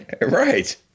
right